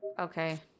Okay